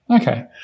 Okay